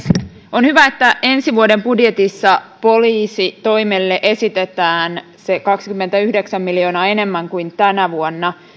on hyvä että ensi vuoden budjetissa poliisitoimelle esitetään kaksikymmentäyhdeksän miljoonaa enemmän kuin tänä vuonna